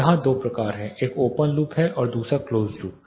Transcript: यहां दो प्रकार हैं एक ओपन लूप है और दूसरा क्लोज लूप है